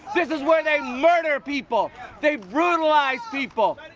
this is where they murder people they run lie people